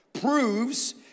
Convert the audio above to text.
proves